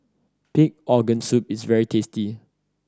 pig organ soup is very tasty